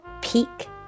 peak